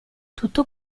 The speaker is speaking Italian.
tutto